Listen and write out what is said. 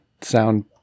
sound